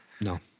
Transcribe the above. no